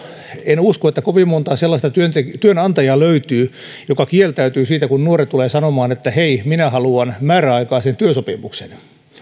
en usko että kovin montaa sellaista työnantajaa löytyy joka kieltäytyy siitä kun nuori tulee sanomaan että hei minä haluan määräaikaisen työsopimuksen niin